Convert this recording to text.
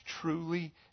truly